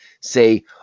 say